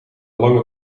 lange